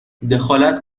دخالت